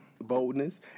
boldness